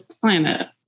planet